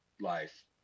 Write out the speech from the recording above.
life